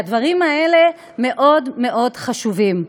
והדברים האלה מאוד מאוד חשובים.